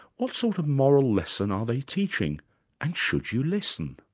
what sort of moral lesson are they teaching and should you listen?